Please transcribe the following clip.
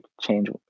change